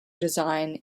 design